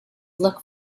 look